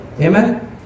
amen